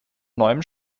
neuem